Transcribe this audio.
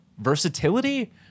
versatility